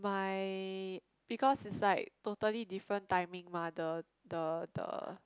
my because it's like totally different timing mah the the the